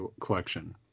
Collection